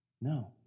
No